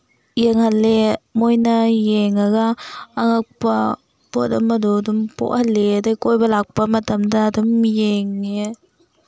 ꯌꯦꯡꯍꯜꯂꯦ ꯃꯣꯏꯅ ꯌꯦꯡꯉꯒ ꯑꯉꯛꯄ ꯄꯣꯠ ꯑꯃꯗꯣ ꯑꯗꯨꯝ ꯄꯣꯛꯍꯜꯂꯦ ꯑꯗꯩ ꯀꯣꯏꯕ ꯂꯥꯛꯄ ꯃꯇꯝꯗ ꯑꯗꯨꯝ ꯌꯦꯡꯉꯦ